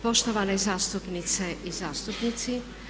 Poštovane zastupnice i zastupnici.